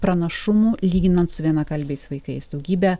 pranašumų lyginant su vienakalbiais vaikais daugybę